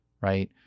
right